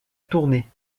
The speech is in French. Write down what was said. tournée